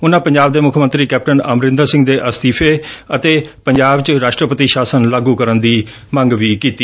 ਉਨਾਂ ਪੰਜਾਬ ਦੇ ਮੁੱਖ ਮੰਤਰੀ ਕੈਪਟਨ ਅਮਰਿੰਦਰ ਸਿੰਘ ਦੇ ਅਸਤੀਫ਼ੇ ਅਤੇ ਪੰਜਾਬ ਚ ਰਾਸ਼ਟਰਪਤੀ ਸ਼ਾਸਨ ਲਾਗੁ ਕਰਨ ਦੀ ਮੰਗ ਵੀ ਕੀਤੀ